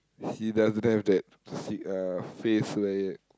he doesn't have that si~ face where